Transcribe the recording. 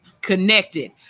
connected